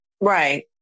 right